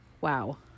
Wow